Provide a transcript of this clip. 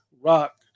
Rock